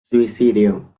suicidio